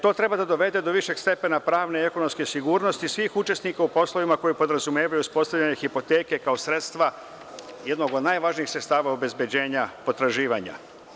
To treba da dovede do višeg stepena pravne i ekonomske sigurnosti svih učesnika u poslovima koji podrazumevaju uspostavljanje hipoteke kao jednog od najvažnijih sredstava obezbeđenja potraživanja.